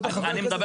אני מדבר